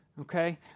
Okay